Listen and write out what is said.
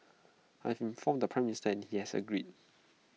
I informed the Prime Minister he has agreed